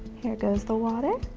here goes the water